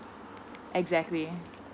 exactly